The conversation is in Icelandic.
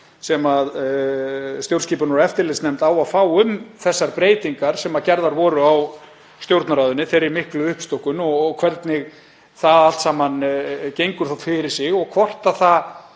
sem stjórnskipunar- og eftirlitsnefnd á að fá um þessar breytingar sem gerðar voru á Stjórnarráðinu, þeirri miklu uppstokkun og hvernig það allt saman gengur fyrir sig og hvort það